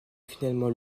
finalement